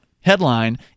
headline